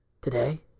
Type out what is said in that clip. today